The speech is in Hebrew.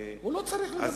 הוא לא צריך לדבר,